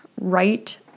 right